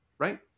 Right